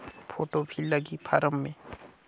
Photo भी लगी form मे?